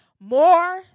more